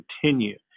continue